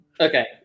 Okay